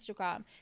Instagram